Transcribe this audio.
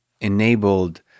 enabled